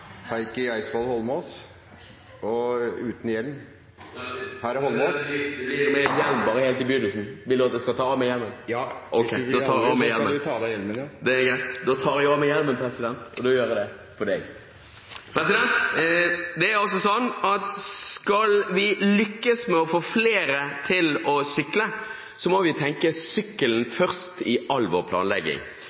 Heikki Eidsvoll Holmås – og uten hjelm. Det blir med hjelm, men bare helt i begynnelsen. Vil presidenten at jeg tar av meg hjelmen? Ja, jeg vil at du skal ta av deg hjelmen. Da tar jeg av meg hjelmen, og da gjør jeg det for deg. Skal vi lykkes med å få flere til å sykle, må vi tenke sykkelen først i all vår planlegging.